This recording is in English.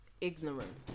ignorant